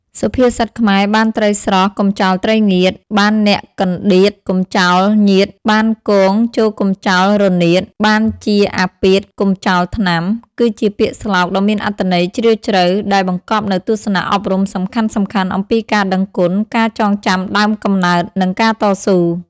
សុភាសិតខ្មែរ បានត្រីស្រស់ កុំចោលត្រីងៀត បានអ្នកកន្តៀត កុំចោលញាតិ បានគង ចូរកុំចោលរនាត បានជាអាពាធ កុំចោលថ្នាំ គឺជាពាក្យស្លោកដ៏មានអត្ថន័យជ្រាលជ្រៅ ដែលបង្កប់នូវទស្សនៈអប់រំសំខាន់ៗអំពីការដឹងគុណ ការចងចាំដើមកំណើត និងការតស៊ូ។